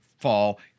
fall